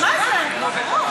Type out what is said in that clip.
אדוני, אני מבקשת הצעה לסדר.